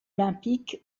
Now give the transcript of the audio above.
olympique